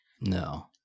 No